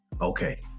okay